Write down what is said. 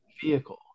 vehicle